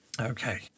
Okay